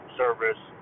service